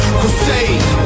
crusade